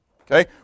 Okay